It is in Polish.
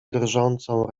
drżącą